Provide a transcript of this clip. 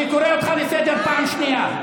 אני קורא אותך לסדר פעם ראשונה.